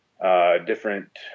different